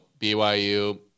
BYU